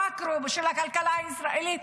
במקרו של הכלכלה הישראלית,